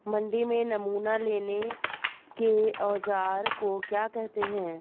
मंडी में नमूना लेने के औज़ार को क्या कहते हैं?